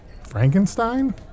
Frankenstein